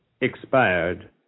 expired